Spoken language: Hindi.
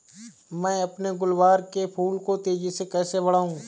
मैं अपने गुलवहार के फूल को तेजी से कैसे बढाऊं?